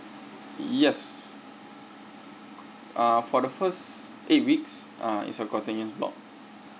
yes uh for the first eight weeks ah is a continuous block